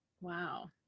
wow